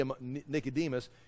Nicodemus